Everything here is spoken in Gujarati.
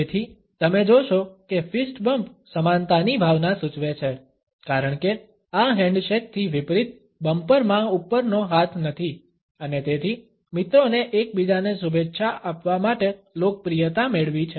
તેથી તમે જોશો કે ફિસ્ટ બમ્પ સમાનતાની ભાવના સૂચવે છે કારણ કે આ હેન્ડશેકથી વિપરીત બમ્પર માં ઉપરનો હાથ નથી અને તેથી મિત્રોને એકબીજાને શુભેચ્છા આપવા માટે લોકપ્રિયતા મેળવી છે